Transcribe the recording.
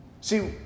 See